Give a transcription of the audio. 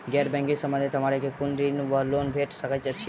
गैर बैंकिंग संबंधित हमरा केँ कुन ऋण वा लोन भेट सकैत अछि?